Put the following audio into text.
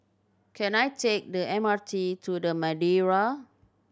can I take the M R T to The Madeira